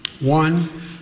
One